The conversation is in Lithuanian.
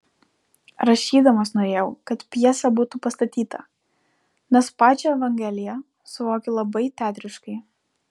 rašydamas norėjau kad pjesė būtų pastatyta nes pačią evangeliją suvokiu labai teatriškai